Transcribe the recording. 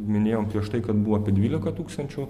minėjom prieš tai kad buvo apie dvylika tūkstančių